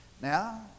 Now